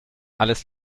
alles